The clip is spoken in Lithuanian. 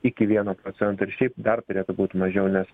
iki vieno procento ir šiaip dar turėtų būti mažiau nes